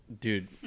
Dude